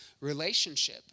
relationship